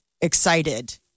excited